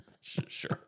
sure